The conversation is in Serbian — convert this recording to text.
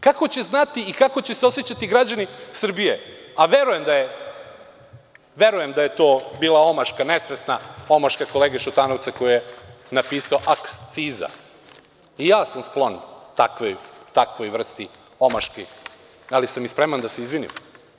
Kako će znati i kako će se osećati građani Srbije, a verujem da je to bila omaška, nesvesna omaška, kolege Šutanovca koji je napisao - aksciza, i ja sam sklon takvoj vrsti omaški, ali sam i spreman da se izvinim.